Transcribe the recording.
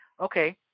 okay